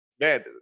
man